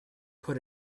put